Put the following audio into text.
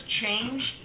changed